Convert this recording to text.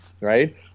right